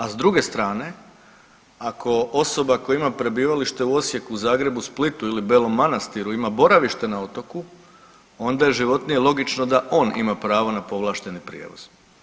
A s druge strane ako osoba koja ima prebivalište u Osijeku, Zagrebu, Splitu ili Belom Manastiru ima boravište na otoku onda je životnije logično da on ima pravo na povlašteni prijevoz.